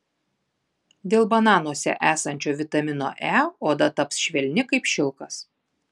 dėl bananuose esančio vitamino e oda taps švelni kaip šilkas